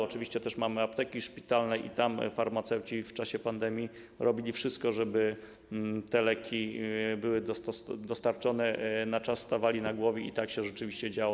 Oczywiście mamy też apteki szpitalne i tam farmaceuci w czasie pandemii robili wszystko, żeby leki były dostarczone na czas, stawali na głowie i tak się rzeczywiście działo.